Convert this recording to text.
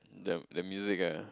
the the music ah